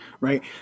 right